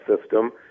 system